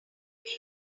other